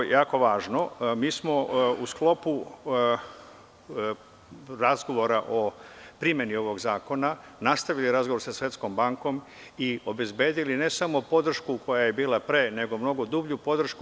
Mi smo u sklopu razgovora o primeni ovog zakona nastavili razgovor sa Svetskom bankom i obezbedili ne samo podršku koja je bila pre, nego mnogo dublju podršku.